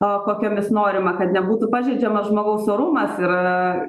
o kokiomis norima kad nebūtų pažeidžiamas žmogaus orumas yra